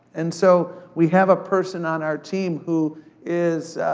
and so we have a person on our team who is,